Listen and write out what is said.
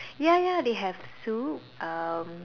ya ya they have soup um